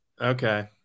Okay